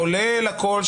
כולל הכול,